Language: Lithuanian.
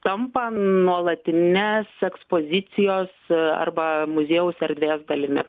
tampa nuolatinės ekspozicijos arba muziejaus erdvės dalimi